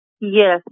Yes